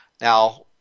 Now